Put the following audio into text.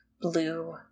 blue